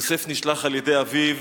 יוסף נשלח על-ידי אביו